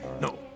No